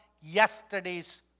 yesterday's